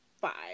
five